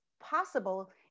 possible